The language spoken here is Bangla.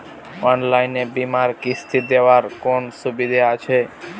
অনলাইনে বীমার কিস্তি দেওয়ার কোন সুবিধে আছে?